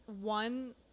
one